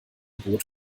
boot